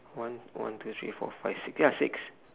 one one two three four five six ya six